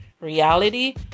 reality